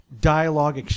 dialogue